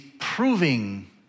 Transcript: proving